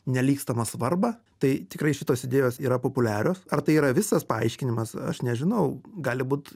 nelygstamą svarbą tai tikrai šitos idėjos yra populiarios ar tai yra visas paaiškinimas aš nežinau gali būt